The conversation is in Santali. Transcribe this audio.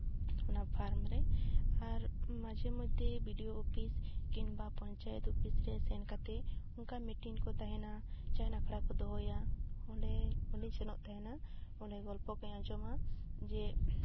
ᱚᱱᱟ ᱯᱷᱟᱨᱢ ᱨᱮ ᱟᱨ ᱢᱟᱡᱷᱮ ᱢᱚᱫᱽᱫᱷᱮ ᱵᱤ ᱰᱤ ᱭᱳ ᱚᱯᱷᱤᱥ ᱠᱤᱝᱵᱟ ᱯᱚᱧᱪᱟᱭᱮᱛ ᱚᱯᱤᱥ ᱨᱮ ᱥᱮᱱ ᱠᱟᱛᱮ ᱚᱝᱠᱟ ᱢᱤᱴᱤᱱ ᱠᱚ ᱛᱟᱦᱮᱱᱟ ᱡᱟᱦᱪᱟᱸᱱ ᱟᱠᱷᱲᱟ ᱠᱚ ᱫᱚᱦᱚᱭᱟ ᱚᱸᱰᱮ ᱚᱸᱰᱮᱧ ᱥᱮᱱᱚᱜ ᱛᱟᱦᱮᱱᱟ ᱚᱸᱰᱮ ᱜᱚᱞᱯᱚ ᱠᱩᱧ ᱟᱸᱡᱚᱢᱟ ᱡᱮ